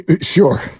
Sure